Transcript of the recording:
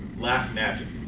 black magic,